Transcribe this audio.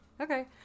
Okay